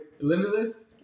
Limitless